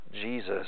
Jesus